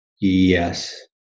Yes